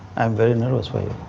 am very nervous for you.